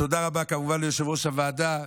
תודה רבה כמובן ליושב-ראש הוועדה,